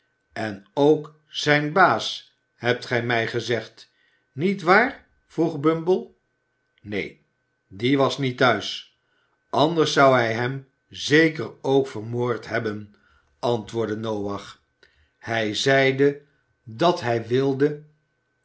en ook zijn baas hebt gij mij gezegd niet waar vroeg bumble neen die was niet thuis anders zou hij hem zeker ook vermoord hebben antwoordde noach hij zeide dat hij wilde